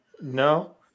No